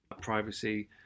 Privacy